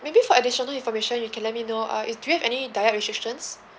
maybe for additional information you can let me know uh if do you have any diet restrictions